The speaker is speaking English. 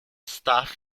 stuff